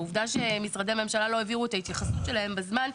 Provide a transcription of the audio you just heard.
העובדה שמשרדי הממשלה לא העבירו את ההתייחסות שלהם בזמן,